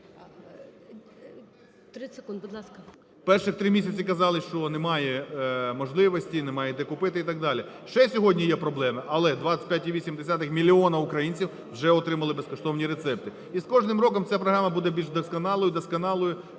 Перші три місяці казали, що немає можливості, немає де купити і так далі. Ще сьогодні є проблеми, але 25,8 мільйони українців вже отримали безкоштовні рецепти. І з кожним роком ця програма буде більш досконалою, досконалою,